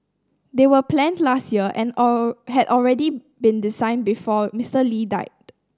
they were planned last year and all had already been designed before Mister Lee died